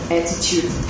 attitude